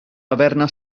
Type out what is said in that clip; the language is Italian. taverna